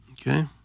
Okay